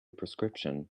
prescription